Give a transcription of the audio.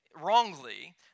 wrongly